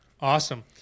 Awesome